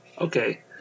Okay